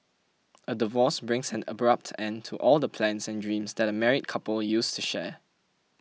a divorce brings an abrupt end to all the plans and dreams that a married couple used to share